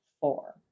four